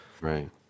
right